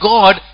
God